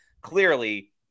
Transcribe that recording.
clearly